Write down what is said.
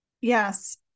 yes